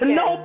no